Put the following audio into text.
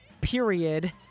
period